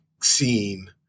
scene